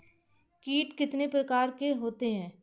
कीट कितने प्रकार के होते हैं?